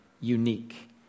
unique